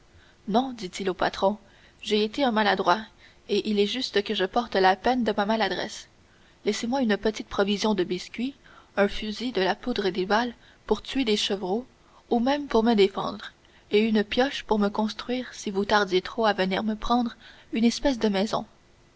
non dit-il au patron j'ai été un maladroit et il est juste que je porte la peine de ma maladresse laissez-moi une petite provision de biscuit un fusil de la poudre et des balles pour tuer des chevreaux ou même pour me défendre et une pioche pour me construire si vous tardiez trop à me venir prendre une espèce de maison